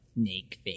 Snakeface